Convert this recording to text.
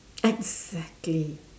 exactly